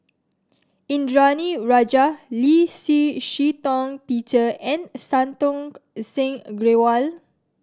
Indranee Rajah Lee Shih Shiong Peter and Santokh Singh Grewal